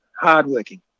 hard-working